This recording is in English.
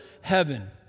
heaven